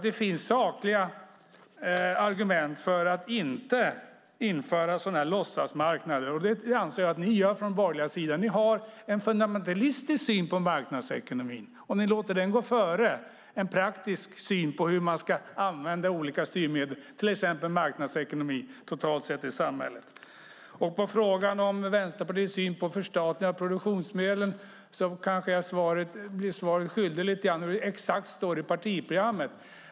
Det finns sakliga argument för att inte införa sådana här låtsasmarknader. Det anser jag att ni gör från den borgerliga sidan. Ni har en fundamentalistisk syn på marknadsekonomin, och ni låter den gå före en praktisk syn på hur man ska använda olika styrmedel, till exempel marknadsekonomi, totalt sett i samhället. På frågan om Vänsterpartiets syn på förstatligande av produktionsmedlen kanske jag lite grann blir svaret skyldig när det gäller exakt hur det står i partiprogrammet.